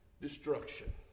destruction